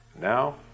Now